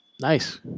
Nice